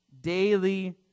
daily